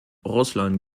russland